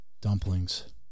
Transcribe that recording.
Dumplings